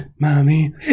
mommy